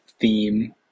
theme